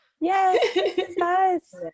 yes